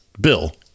Bill